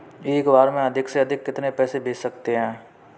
एक बार में अधिक से अधिक कितने पैसे भेज सकते हैं?